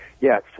Yes